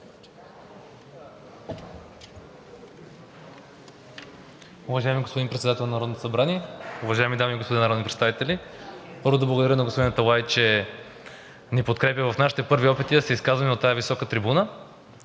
Уважаеми господин Председател на Народното събрание, уважаеми дами и господа народни представители! Първо, да благодаря на господин Аталай, че ни подкрепя в нашите първи опити да се изказваме от тази висока трибуна.